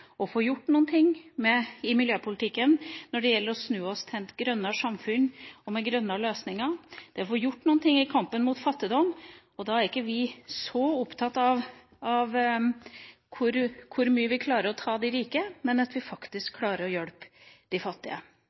å få gjort noe i miljøpolitikken når det gjelder å snu til et grønnere samfunn med grønnere løsninger, og det å få gjort noe i kampen mot fattigdom. Da er ikke vi så opptatt av hvordan vi skal klare å ta de rike, men at vi faktisk klarer å hjelpe de fattige.